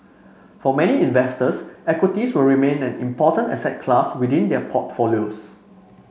for many investors equities will remain an important asset class within their portfolios